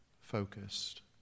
focused